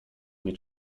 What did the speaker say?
nie